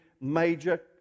major